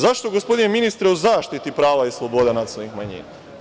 Zašto, gospodine ministre, o zaštiti prava i sloboda nacionalnih manjina?